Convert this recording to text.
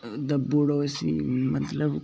दब्बी ओड़े उसी मतलब